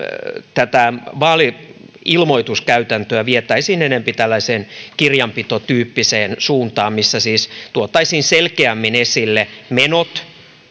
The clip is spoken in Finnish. tätä vaali ilmoituskäytäntöä vietäisiin enempi tällaiseen kirjanpitotyyppiseen suuntaan missä siis tuotaisiin selkeämmin esille menot